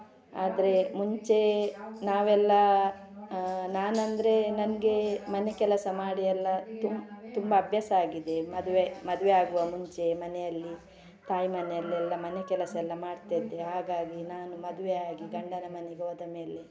ಆದರೆ ಮುಂಚೆ ನಾವೆಲ್ಲ ನಾನೆಂದರೆ ನನಗೆ ಮನೆ ಕೆಲಸ ಮಾಡಿ ಎಲ್ಲ ತುಂಬ ಅಭ್ಯಾಸ ಆಗಿದೆ ಮದುವೆ ಮದುವೆ ಆಗುವ ಮುಂಚೆ ಮನೆಯಲ್ಲಿ ತಾಯಿ ಮನೆಯಲ್ಲೆಲ್ಲ ಮನೆ ಕೆಲಸ ಎಲ್ಲ ಮಾಡ್ತ ಇದ್ದೆ ಹಾಗಾಗಿ ನಾನು ಮದುವೆ ಆಗಿ ಗಂಡನ ಮನೆಗೆ ಹೋದ ಮೇಲೆ